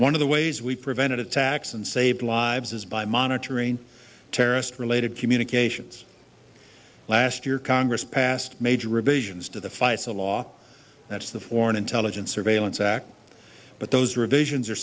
one of the ways we prevented attacks and saved lives is by monitoring terrorist related communications last year congress passed major revisions to the fights a law that's the foreign intelligence surveillance act but those revisions are